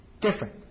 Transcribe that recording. different